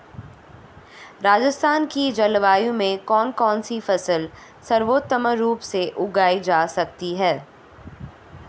राजस्थान की जलवायु में कौन कौनसी फसलें सर्वोत्तम रूप से उगाई जा सकती हैं?